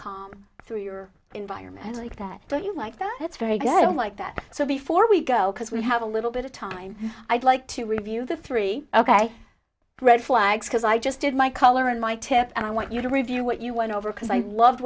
calm through your environment like that do you like that it's very good i don't like that so before we go because we have a little bit of time i'd like to review the three ok red flags because i just did my color and my tip and i want you to review what you went over because i loved